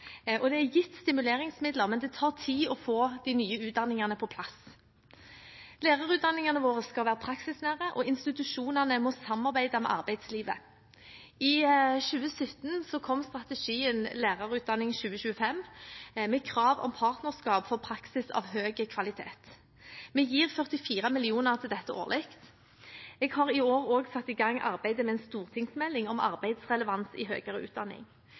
og det er gitt stimuleringsmidler, men det tar tid å få de nye utdanningene på plass. Lærerutdanningene våre skal være praksisnære, og institusjonene må samarbeide med arbeidslivet. I 2017 kom strategien Lærerutdanning 2025, med krav om partnerskap for praksis av høy kvalitet. Vi gir 44 mill. kr til dette årlig. Jeg har i år også satt i gang arbeidet med en stortingsmelding om arbeidslivsrelevans i høyere utdanning.